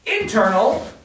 Internal